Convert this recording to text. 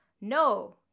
No